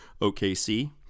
OKC